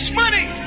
money